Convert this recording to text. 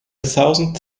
thousand